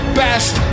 best